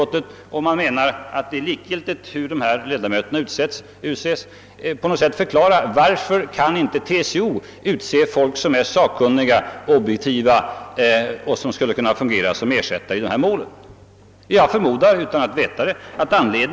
Om utskottet menar att det är likgiltigt hur ledamöterna utses, måste utskottet då inte på något sätt förklara, varför inte TCO ensamt anses kunna utse ledamöter som är sakkunniga och objektiva och kan fungera såsom ersättare i sådana mål? Varför måste också SACO vara med?